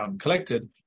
collected